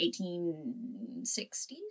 1860s